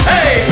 Hey